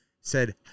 said-